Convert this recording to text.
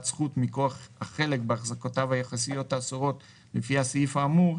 זכות מכוח החלק בהחזקותיו היחסיות האסורות לפי הסעיף האמור,